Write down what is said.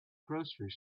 grocery